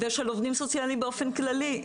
ושל עובדים סוציאליים באופן כללי.